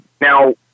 Now